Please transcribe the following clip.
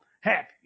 happy